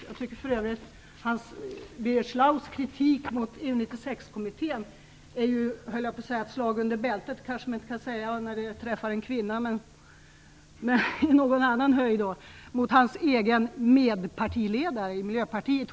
Jag tycker för övrigt att Birger Schlaugs kritik mot EU 96-kommittén är ett slag under bältet - om man kan säga det när det träffar en kvinna - mot hans egen medpartiledare i Miljöpartiet.